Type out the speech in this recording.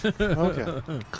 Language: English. Okay